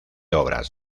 obras